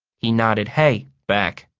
he nodded hey back.